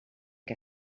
què